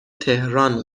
تهران